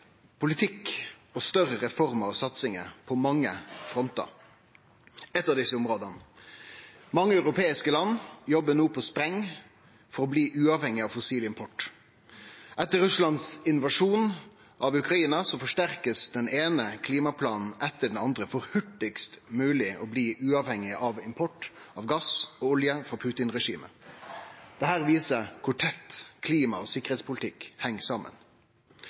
politikk, større reformer og satsingar på mange frontar. Eit av desse områda: Mange europeiske land jobbar no på spreng for å bli uavhengig av fossil import. Etter Russlands invasjon av Ukraina blir den eine klimaplanen etter den andre forsterka for hurtigast mogleg å bli uavhengig av import av gass og olje frå Putin-regimet. Dette viser kor tett klima og sikkerheitspolitikk heng saman.